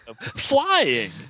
flying